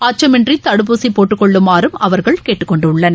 அச்சமின்றிதடுப்பூசிபோட்டுக்கொள்ளுமாறுஅவர்கள் கேட்டுக்கொண்டுள்ளனர்